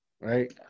right